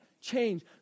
change